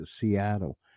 Seattle